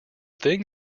thing